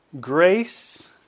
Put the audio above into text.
Grace